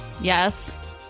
Yes